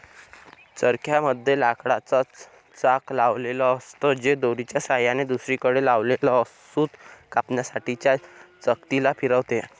चरख्या मध्ये लाकडाच चाक लावलेल असत, जे दोरीच्या सहाय्याने दुसरीकडे लावलेल सूत कातण्यासाठी च्या चकती ला फिरवते